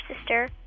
sister